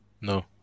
No